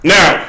Now